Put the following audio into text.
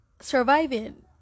surviving